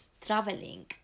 traveling